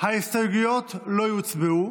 ההסתייגויות לא יוצבעו.